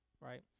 right